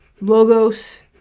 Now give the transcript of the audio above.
logos